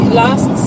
last